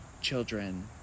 children